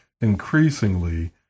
increasingly